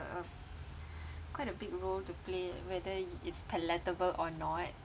uh quite a big role to play whether it's palatable or not